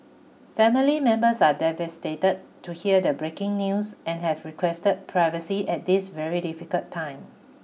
family members are devastated to hear the breaking news and have requested privacy at this very difficult time